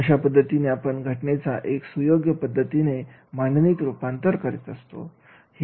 अशा पद्धतीने आपण घटनेचे एक सुयोग्य पद्धतीने मांडणीत रूपांतर करीत असतो